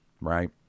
right